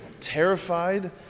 terrified